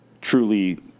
truly